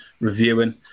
reviewing